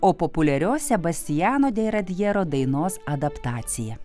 o populiarios sebastiano deiradjero dainos adaptaciją